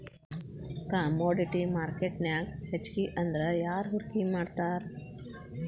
Commodity ಮಾರ್ಕೆಟ್ನ್ಯಾಗ್ ಹೆಚ್ಗಿಅಂದ್ರ ಯಾರ್ ಹೂಡ್ಕಿ ಮಾಡ್ತಾರ?